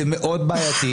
זה מאוד בעייתי,